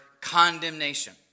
condemnation